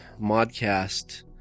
modcast